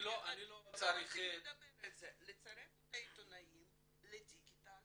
צריך לצרף את העיתונאים לדיגיטל